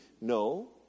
No